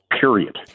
period